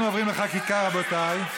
אנחנו עוברים לחקיקה, רבותיי.